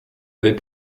avais